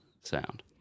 sound